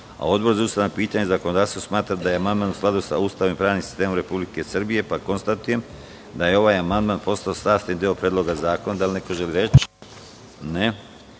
a Odbor za ustavna pitanja i zakonodavstvo smatra da je amandman u skladu sa Ustavom i pravnim sistemom Republike Srbije, pa konstatujem da je ovaj amandman postao sastavni deo Predloga zakona. Reč ima narodni poslanik